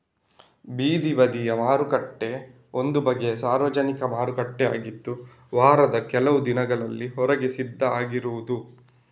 ಬೀದಿ ಬದಿಯ ಮಾರುಕಟ್ಟೆ ಒಂದು ಬಗೆಯ ಸಾರ್ವಜನಿಕ ಮಾರುಕಟ್ಟೆ ಆಗಿದ್ದು ವಾರದ ಕೆಲವು ದಿನಗಳಲ್ಲಿ ಹೊರಗೆ ಸಿದ್ಧ ಆಗಿರುದು